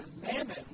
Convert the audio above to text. Mammon